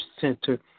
Center